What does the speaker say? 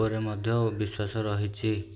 ଉପରେ ମଧ୍ୟ ବିଶ୍ୱାସ ରହିଛି